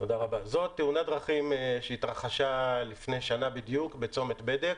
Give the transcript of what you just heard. זו תאונת דרכים שהתרחשה לפני שנה בדיוק בצומת בדק.